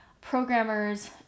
programmers